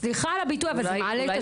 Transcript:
סליחה על הביטוי, אבל זה מעלה לי את הסעיף.